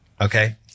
okay